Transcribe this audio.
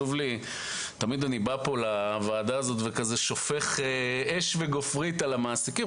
אני בא לוועדה הזו ותמיד שופך אש וגופרית על המעסיקים.